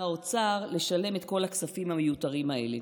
האוצר לשלם את כל הכספים המיותרים האלה.